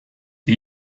the